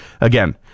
Again